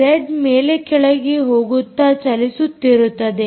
Z ಮೇಲೆ ಕೆಳಗೆ ಹೋಗುತ್ತಾ ಚಲಿಸುತ್ತಿರುತ್ತದೆ